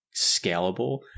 scalable